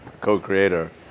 co-creator